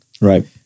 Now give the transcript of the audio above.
Right